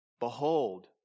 Behold